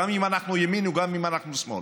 גם אם אנחנו ימין וגם אם אנחנו שמאל.